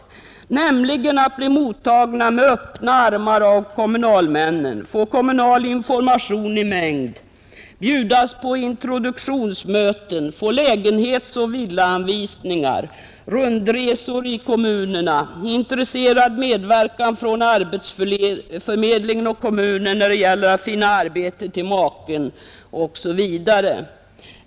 De kommer nämligen att bli mottagna med öppna armar av kommunalmännen, de får kommunal information i mängd, de bjuds på introduktionsmöten, får lägenhetsoch villaanvisningar, får göra rundresor i kommunerna, möter intresse och medverkan från arbetsförmedlingen och kommunen när det gäller att finna arbete för maken osv.